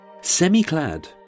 semi-clad